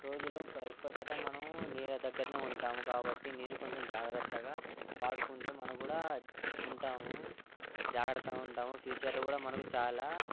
రోజులో ఎక్కువ శాతం మనం నీళ్ళ దగ్గర ఉంటాం కాబట్టి నీరు కొంచెం జాగ్రత్తగా వాడుకుంటే మనం కూడా ఉంటాము జాగ్రత్తగా ఉంటాము ఫ్యూచర్లో కూడా మనకు చాలా